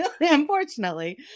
unfortunately